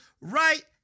right